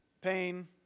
pain